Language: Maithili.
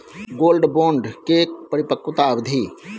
गोल्ड बोंड के परिपक्वता अवधि?